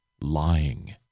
lying